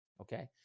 okay